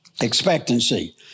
Expectancy